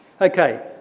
Okay